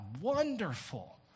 Wonderful